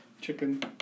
Chicken